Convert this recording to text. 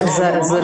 לא, לא.